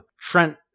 Trent